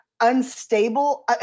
unstable